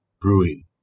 brewing